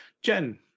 Jen